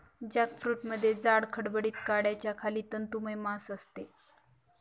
जॅकफ्रूटमध्ये जाड, खडबडीत कड्याच्या खाली तंतुमय मांस असते